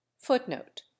footnote